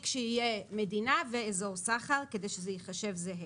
שתהיה מדינה ואזור סחר כדי שזה ייחשב זהה.